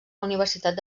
universitat